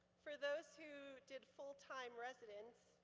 for those who did full-time residence,